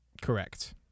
Correct